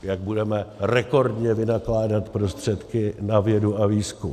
Jak budeme rekordně vynakládat prostředky na vědu a výzkum.